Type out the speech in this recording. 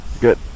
Good